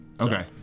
Okay